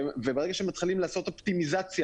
וברגע שמתחילים לעשות אופטימיזציה,